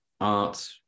art